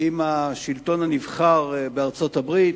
עם השלטון הנבחר בארצות-הברית,